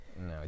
No